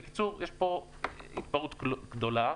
בקיצור, יש פה התפרעות גדולה.